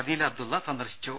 അദീല അബ്ദുള്ള സന്ദർശിച്ചു